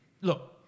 look